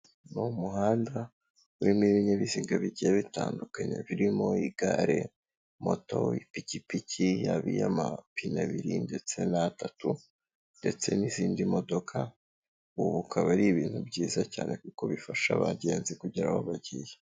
Ni umuhanda urimo ibinyabiziga bigiye bitandukanye birimo igare, moto, ipikipiki yaba iy'amapine abiri ndetse n'atatu ndetse n'izindi modoka, ubu akaba ari ibintu byiza cyane kuko bifasha abagenzi kugera aho bagiye.